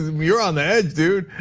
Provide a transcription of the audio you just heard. you're on edge dude,